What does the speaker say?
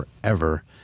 forever